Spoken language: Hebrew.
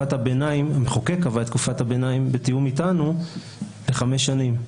המחוקק קבע תקופת הביניים בתיאום איתנו לחמש שנים.